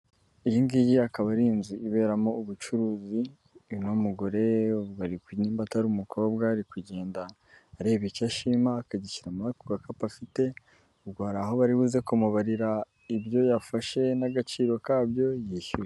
Iyingiyi akaba ari inzu iberamo ubucuruzi inka'umugore barimba atari umukobwa yari kugenda areba icyo ashima akagishyira ku gakapu afite ubwo hari aho baribuzeze kumubarira ibyo yafashe n'agaciro kabyo yishyuye.